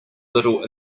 little